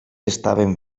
estaven